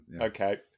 Okay